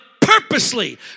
purposely